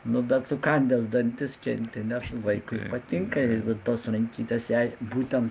nu bet sukandęs dantis kenti nes vaikui patinka tos rankytės jai būtent